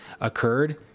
occurred